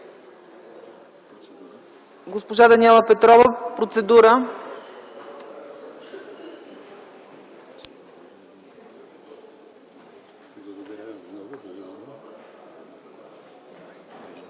Госпожа Даниела Петрова – процедура.